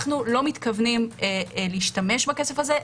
אנחנו לא מתכוונים להשתמש בכסף הזה.